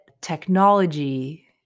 technology